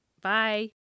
Bye